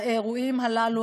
האירועים הללו,